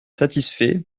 satisfait